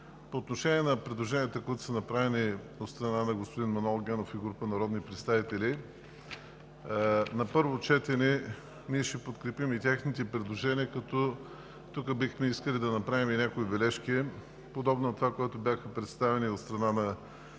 По отношение на предложенията, които са направени от страна на господин Манол Генов и група народни представители – на първо четене ще подкрепим и техните предложения, като тук бихме искали да направим някои бележки, подобно на това, което беше представено от страна на